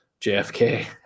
JFK